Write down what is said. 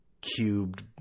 cubed